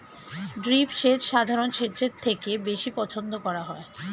drip সেচ সাধারণ সেচের থেকে বেশি পছন্দ করা হয়